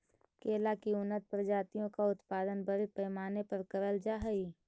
केला की उन्नत प्रजातियों का उत्पादन बड़े पैमाने पर करल जा हई